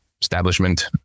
establishment